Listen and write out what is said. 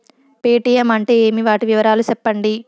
Paytm అంటే ఏమి, వాటి వివరాలు సెప్పండి?